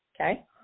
Okay